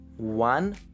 One